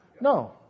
No